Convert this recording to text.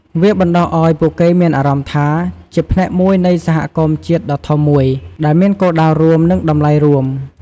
វាបណ្ដុះឱ្យពួកគេមានអារម្មណ៍ថាជា ផ្នែកមួយនៃសហគមន៍ជាតិដ៏ធំមួយ ដែលមានគោលដៅរួម និងតម្លៃរួម។